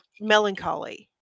melancholy